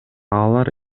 алар